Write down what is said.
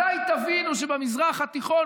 מתי תבינו שבמזרח התיכון,